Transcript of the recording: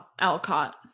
alcott